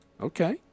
Okay